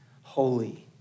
Holy